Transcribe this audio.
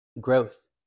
growth